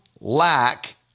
lack